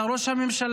אתה ראש הממשלה.